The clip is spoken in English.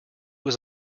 was